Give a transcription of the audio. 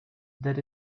that